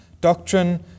doctrine